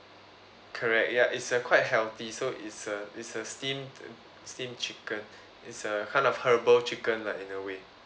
correct ya it's uh quite healthy so it's a it's a steamed steamed chicken it's a kind of herbal chicken lah in a way